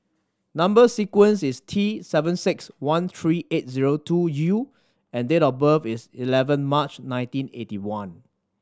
number sequence is T seven six one three eight zero two U and date of birth is eleven March nineteen eighty one